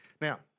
Now